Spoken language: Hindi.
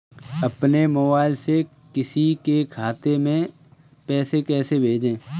अपने मोबाइल से किसी के खाते में पैसे कैसे भेजें?